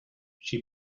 she